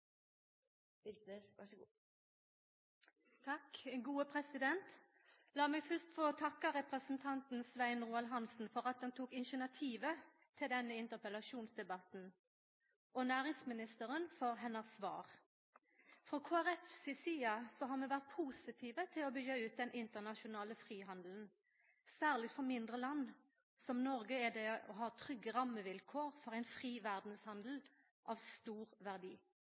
Svein Roald Hansen for at han tok initiativet til denne interpellasjonsdebatten og næringsministeren for hennar svar. Frå Kristeleg Folkeparti si side har vi vore positive til å byggja ut den internasjonale frihandelen. Særleg for mindre land som Noreg, er det å ha tryggje rammevilkår for ein fri verdshandel av stor verdi.